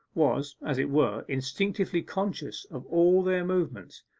was, as it were, instinctively conscious of all their movements,